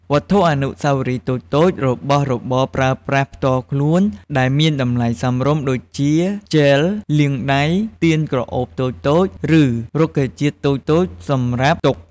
វត្ថុអនុស្សាវរីយ៍តូចៗ របស់របរប្រើប្រាស់ផ្ទាល់ខ្លួនដែលមានតម្លៃសមរម្យ ដូចជា ជែលលាងដៃ ទៀនក្រអូបតូចៗ ឬ រុក្ខជាតិតូចៗសម្រាប់តុ។